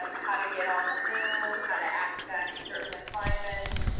and how to get on zoom, how to access certain assignments,